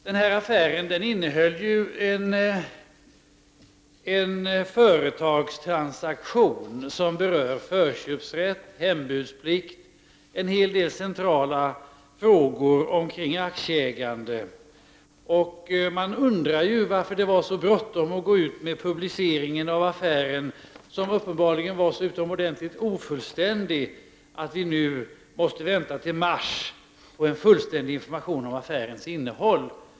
Denna affär innehöll en företagstransaktion som berör förköpsrätt, hembudsplikt och en hel del andra centrala frågor kring aktieägande. Man undrar varför det var så bråttom med att gå ut med en publicering av affären, som uppenbarligen var ofullständig. Vi måste nu vänta till mars innan vi får en fullständig information om affärens innehåll.